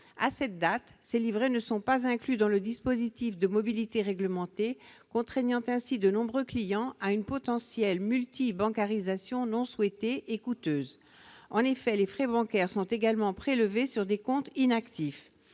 actuelle, ces livrets ne sont pas inclus dans le dispositif de mobilité réglementée, contraignant ainsi de nombreux clients à une potentielle multibancarisation non souhaitée et coûteuse. En effet, des frais bancaires sont également prélevés sur des comptes inactifs.